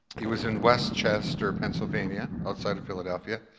it was in west chester, pennsylvania, outside of philadelphia.